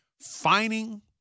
finding